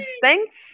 Thanks